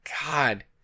God